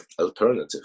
alternative